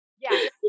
Yes